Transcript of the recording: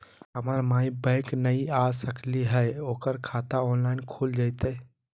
हमर माई बैंक नई आ सकली हई, ओकर खाता ऑनलाइन खुल जयतई?